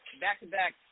back-to-back